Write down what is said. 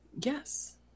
Yes